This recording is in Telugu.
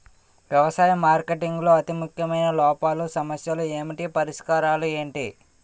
వ్యవసాయ మార్కెటింగ్ లో అతి ముఖ్యమైన లోపాలు సమస్యలు ఏమిటి పరిష్కారాలు ఏంటి?